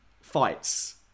fights